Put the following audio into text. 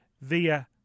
via